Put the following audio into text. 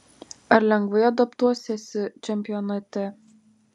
ar lengvai adaptuosiesi čempionate